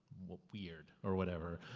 weird, or whatever.